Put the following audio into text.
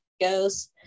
goes